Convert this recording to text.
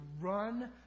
run